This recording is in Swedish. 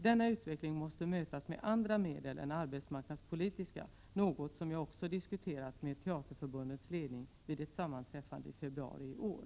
Denna utveckling måste mötas med andra medel än arbetsmarknadspolitiska, något som jag också diskuterat med Teaterförbundets ledning vid ett sammanträffande i februari i år.